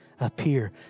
APPEAR